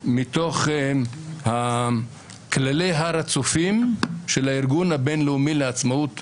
מתוך כללי הר הצופים של הארגון הבין-לאומי לעצמאות שיפוטית,